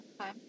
Okay